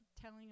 telling